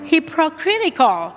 Hypocritical